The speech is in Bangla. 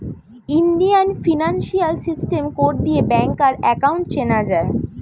ইন্ডিয়ান ফিনান্সিয়াল সিস্টেম কোড দিয়ে ব্যাংকার একাউন্ট চেনা যায়